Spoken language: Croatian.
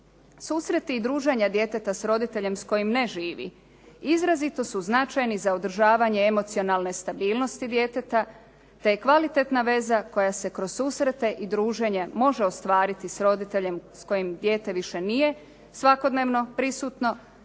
Susreti i druženja djeteta s roditeljem s kojim ne živi izrazito su značajni za održavanje emocionalne stabilnosti djeteta te je kvalitetna veza koja se kroz susrete i druženje može ostvariti s roditeljem s kojim dijete više nije svakodnevno prisutno